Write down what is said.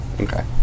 Okay